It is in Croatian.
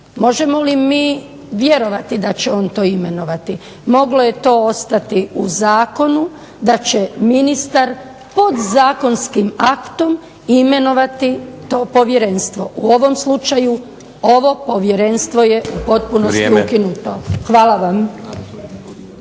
Možemo li mi vjerovati da će on to imenovati. Moglo je to ostati u zakonu da će ministar podzakonskim aktom imenovati to povjerenstvo. U ovom slučaju ovo povjerenstvo je u potpunosti ukinuto. Hvala vam.